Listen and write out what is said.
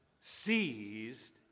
seized